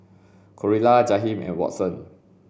Creola Jaheem and Watson